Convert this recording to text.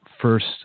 first